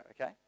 okay